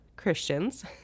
Christians